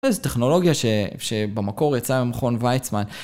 איזו טכנולוגיה שבמקור יצאה ממכון ויצמן.